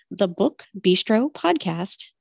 thebookbistropodcast